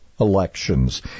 elections